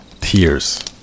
tears